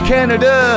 Canada